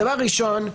דבר ראשון,